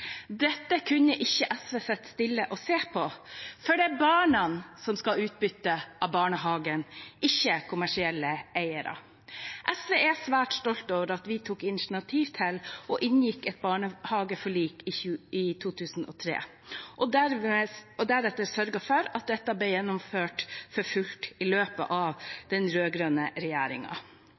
Dette kunne ikke SV sitte stille og se på, for det er barna som skal ha utbytte av barnehagen, ikke kommersielle eiere. SV er svært stolt over at vi tok initiativ til og inngikk et barnehageforlik i 2003, og deretter sørget for at dette ble gjennomført for fullt i løpet av den